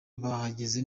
bahagaze